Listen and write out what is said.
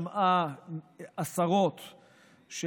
משה אבוטבול,